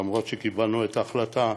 למרות שקיבלנו את ההחלטה,